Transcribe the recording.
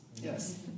yes